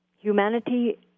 Humanity